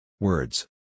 Words